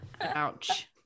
Ouch